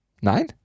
Nein